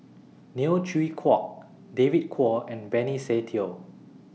Neo Chwee Kok David Kwo and Benny Se Teo